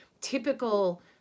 typical